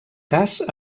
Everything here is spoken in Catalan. cas